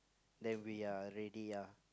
then we are already are